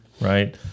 right